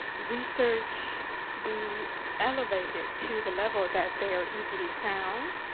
research be elevated to the level that they are easily found.